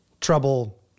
trouble